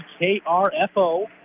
KRFO